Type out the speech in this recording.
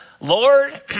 Lord